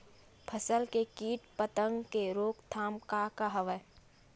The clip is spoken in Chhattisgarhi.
फसल के कीट पतंग के रोकथाम का का हवय?